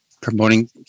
promoting